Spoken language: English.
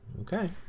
Okay